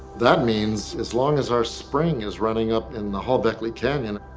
that means as long as our spring is running up in the hall beckley canyon,